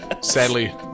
sadly